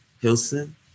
Hilson